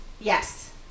Yes